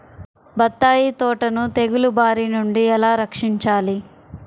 బత్తాయి తోటను తెగులు బారి నుండి ఎలా రక్షించాలి?